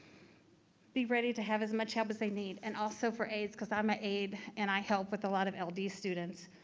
be ready to have as much help as they need and also for aids, cause i'm an aid and i helped with a lot of ld students.